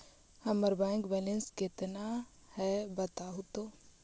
हमर bank balance केतना है बताहु तो?